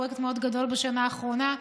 פרויקט מאוד גדול בשנה האחרונה,